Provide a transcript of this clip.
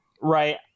Right